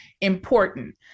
important